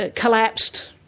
ah collapsed,